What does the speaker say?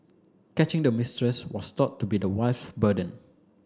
catching the mistress was thought to be the wife burden